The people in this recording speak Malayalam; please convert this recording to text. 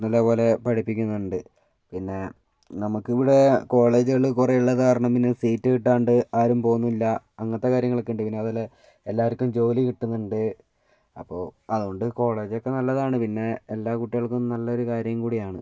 നല്ല പോലെ പഠിപ്പിക്കുന്നുണ്ട് പിന്നെ നമുക്ക് ഇവിടെ കോളേജ്കൾ കുറെ ഉള്ളത് കാരണം പിന്നെ സീറ്റ് കിട്ടാണ്ട് ആരും പോകുന്നുമില്ല അങ്ങനത്തെ കാര്യങ്ങളൊക്കെ ഉണ്ട് പിന്നെ അതേപോലെ എല്ലാവർക്കും ജോലി കിട്ടുന്നുണ്ട് അപ്പോൾ അത് കൊണ്ട് കോളേജെക്കെ നല്ലതാണ് പിന്നെ എല്ലാ കുട്ടികൾക്കും നല്ലൊരു കാര്യം കൂടിയാണ്